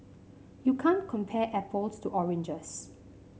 you can't compare apples to oranges